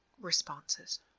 responses